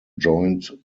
joined